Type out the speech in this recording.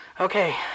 Okay